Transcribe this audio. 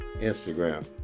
Instagram